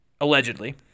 allegedly